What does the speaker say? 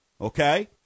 okay